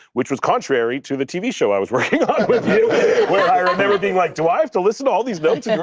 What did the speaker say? which was contrary to the tv show i was working on with you where i remember being, like, do i have to listen to all these notes? and